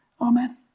Amen